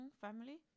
family